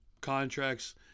contracts